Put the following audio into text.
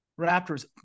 Raptors